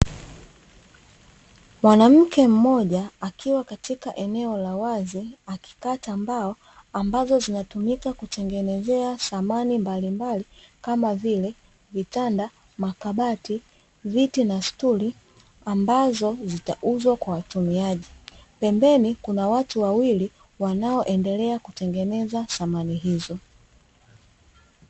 Mwanamke mmoja akiwa katika eneo la wazi, akikata mbao ambazo zinatumika kutengenezea samani mbalimbali, kama vile: vitanda, makabati, viti na stuli ambazo zitauzwa kwa watumiaji. Pembeni kuna watu wawili, wanaoendelea kutengeneza samani hizo.